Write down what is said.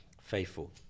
faithful